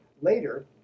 later